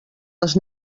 les